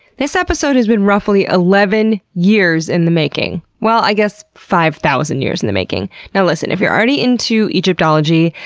this episode has been roughly eleven years in the making. well, i guess, five thousand years in the making. now listen, if you're already into egyptology,